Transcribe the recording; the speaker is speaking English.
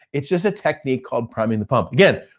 it's just a technique called priming the pump. again,